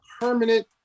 permanent